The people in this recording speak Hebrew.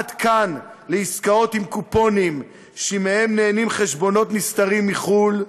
עד כאן לעסקאות עם קופונים שמהם נהנים חשבונות נסתרים מחו"ל,